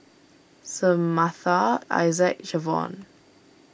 Samatha Isaac Jevon